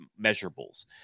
measurables